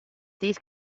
these